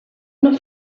una